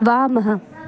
वामः